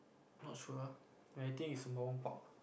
not sure I think it's Sembawang Park